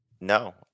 no